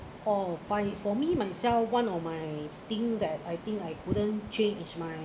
or find it for me myself one of my thing that I think I couldn't change is my